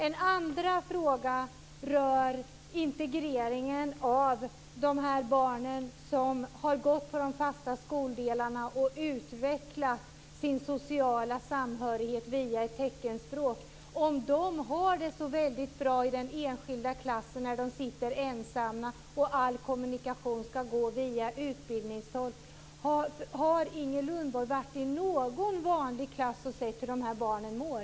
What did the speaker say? En andra fråga rör integreringen av de barn som har gått på de fasta skoldelarna och utvecklat sin sociala samhörighet via teckenspråk. Har de det så väldigt bra i den enskilda klassen, när de sitter ensamma och all kommunikation ska ske via utbildningstolk? Har Inger Lundberg varit i någon vanlig klass och sett hur de här barnen mår?